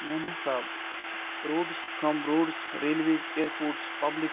میانہِ حِساب roads from roads railways airports public